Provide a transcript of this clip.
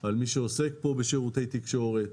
על מי שעוסק פה בשירותי תקשורת.